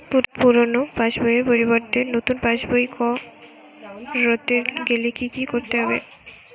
পুরানো পাশবইয়ের পরিবর্তে নতুন পাশবই ক রতে গেলে কি কি করতে হবে?